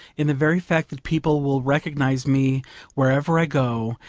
in the very fact that people will recognise me wherever i go,